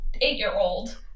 eight-year-old